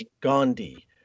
Gandhi